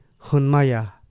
Hunmaya